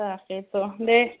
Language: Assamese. তাকেইতো দে